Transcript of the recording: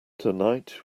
tonight